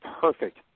perfect